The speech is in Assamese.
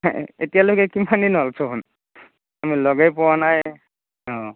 এতিয়ালৈকে কিমান দিন হ'ল চব আমি লগেই পোৱা নাই